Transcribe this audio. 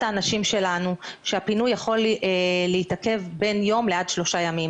האנשים שלנו שהפינוי יכול להתעכב בין יום לעד שלושה ימים.